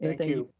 and thank you.